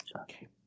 Okay